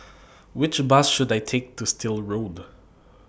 Which Bus should I Take to Still Road